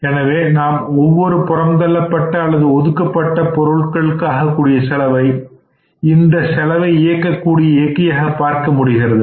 எனவே நாம் ஒவ்வொரு புறம்தள்ளப்பட்ட அல்லது ஒதுக்கப்பட்ட பொருட்களுக்காக கூடிய செலவை இந்த செலவை இயக்கக்கூடிய இயக்கியாக பார்க்க முடிகிறது